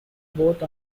both